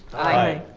aye.